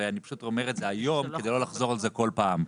ואני אומר את זה היום כדי לא לחזור על זה כל פעם,